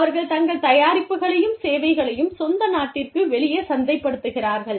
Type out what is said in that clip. அவர்கள் தங்கள் தயாரிப்புகளையும் சேவைகளையும் சொந்த நாட்டிற்கு வெளியே சந்தைப்படுத்துகிறார்கள்